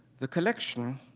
the collection,